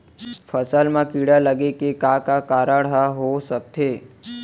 फसल म कीड़ा लगे के का का कारण ह हो सकथे?